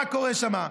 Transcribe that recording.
מה קורה שם.